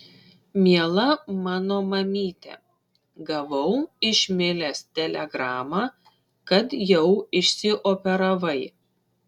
miela mano mamyte gavau iš milės telegramą kad jau išsioperavai